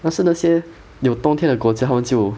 但是那些有冬天的国家他们就